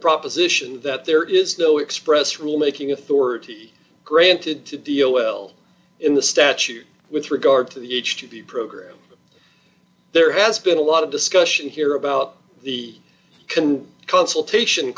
proposition that there is no express rulemaking authority granted to deal well in the statute with regard to the h two b program there has been a lot of discussion here about the can consultation